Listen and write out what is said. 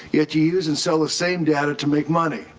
yeah you use and sell the same data to make money.